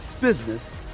business